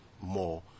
more